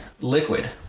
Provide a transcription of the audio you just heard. liquid